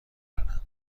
دارم